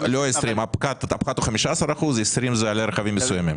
לא 20%, הפחת הוא 15%, 20% זה על רכבים מסוימים.